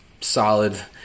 solid